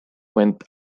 went